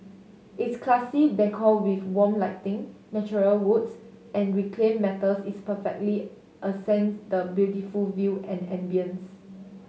its classy decor with warm lighting natural woods and reclaimed metals is perfectly accents the beautiful view and ambience